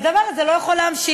והדבר הזה לא יכול להימשך.